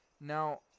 now